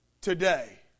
today